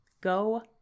Go